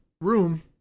room